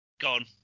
gone